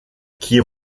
qui